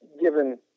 given